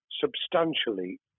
substantially